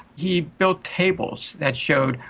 he built tables that showed,